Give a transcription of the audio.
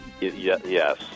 Yes